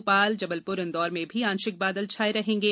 भोपाल जबलपुर इंदौर में भी आंशिक बादल छाये रहेंगे